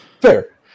Fair